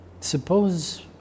Suppose